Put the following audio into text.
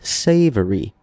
savory